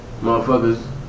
motherfuckers